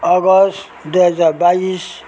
अगस्त दुई हजार बाइस